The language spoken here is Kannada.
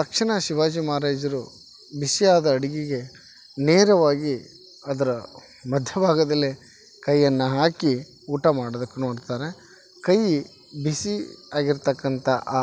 ತಕ್ಷಣ ಶಿವಾಜಿ ಮಹಾರಾಜರು ಬಿಸಿಯಾದ ಅಡಿಗೆಗೆ ನೇರವಾಗಿ ಅದರ ಮಧ್ಯ ಭಾಗದಲ್ಲೆ ಕೈಯನ್ನ ಹಾಕಿ ಊಟ ಮಾಡೋದಕ್ಕೆ ನೋಡ್ತರ ಕೈ ಬಿಸಿ ಆಗಿರ್ತಕ್ಕಂಥ ಆ